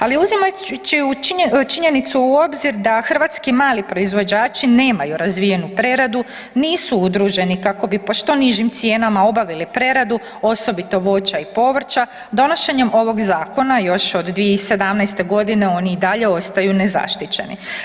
Ali uzimajući činjenicu u obzir da hrvatski mali proizvođači nemaju razvijenu preradu, nisu udruženi kako bi po što nižim cijenama obavili preradu, osobito voća i povrća, donošenjem ovog zakona još od 2017.g. oni i dalje ostaju nezaštićeni.